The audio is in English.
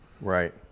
right